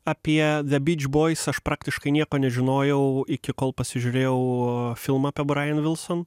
apie de byč bois aš praktiškai nieko nežinojau iki kol pasižiūrėjau filmą apie brajen vilson